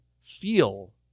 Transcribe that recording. feel